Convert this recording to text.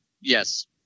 Yes